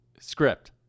script